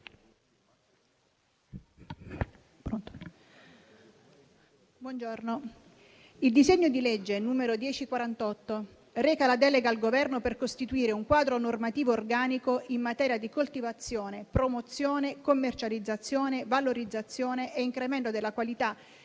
il disegno di legge n. 1048 reca la delega al Governo per costituire un quadro normativo organico in materia di coltivazione, promozione, commercializzazione, valorizzazione e incremento della qualità